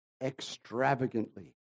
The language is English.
extravagantly